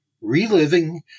Reliving